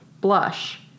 Blush